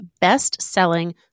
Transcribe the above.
best-selling